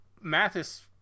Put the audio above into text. Mathis